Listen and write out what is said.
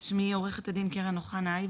אני עורכת-דין קרן אוחנה איוס,